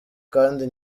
kandi